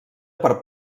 per